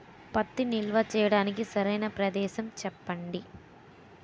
పత్తి నిల్వ చేయటానికి సరైన ప్రదేశం చెప్పండి?